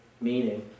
meaning